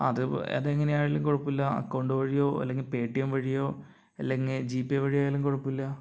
അത് അതെങ്ങനെയായാലും കുഴപ്പമില്ല അക്കൌണ്ട് വഴിയോ അല്ലെങ്കിൽ പേടിഎം വഴിയോ അല്ലെങ്കിൽ ജിപേ വഴിയോ ആയാലും കുഴപ്പമില്ല